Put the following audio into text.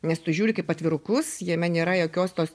nes tu žiūri kaip atvirukus jame nėra jokios tos